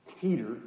Peter